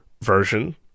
version